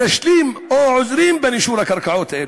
מנשלים או עוזרים בנישול מהקרקעות האלה.